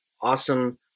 awesome